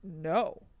No